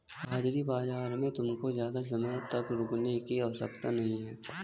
हाजिर बाजार में तुमको ज़्यादा समय तक रुकने की आवश्यकता नहीं है